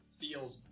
feels